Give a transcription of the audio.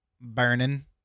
burning